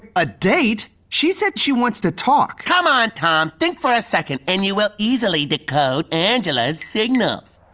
a date! she said she wants to talk. come on, tom. think for a second and you'll easily decode angela's signals.